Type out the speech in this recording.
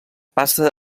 passa